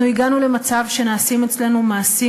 אנחנו הגענו למצב שנעשים אצלנו מעשים